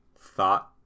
thought